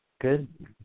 good